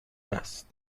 است